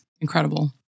incredible